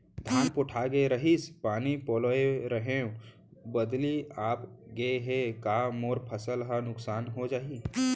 धान पोठागे रहीस, पानी पलोय रहेंव, बदली आप गे हे, का मोर फसल ल नुकसान हो जाही?